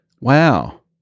Wow